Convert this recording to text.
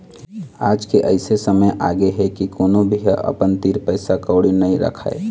आज अइसे समे आगे हे के कोनो भी ह अपन तीर पइसा कउड़ी नइ राखय